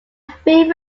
three